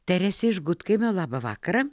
teresė iš gudkaimio labą vakarą